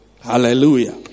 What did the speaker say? Hallelujah